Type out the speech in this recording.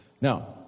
Now